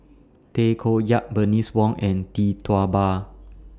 Tay Koh Yat Bernice Wong and Tee Tua Ba